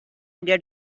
get